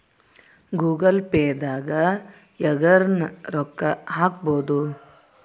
Google Pay ದಾಗ ಯರ್ಗನ ರೊಕ್ಕ ಹಕ್ಬೊದು